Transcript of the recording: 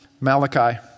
Malachi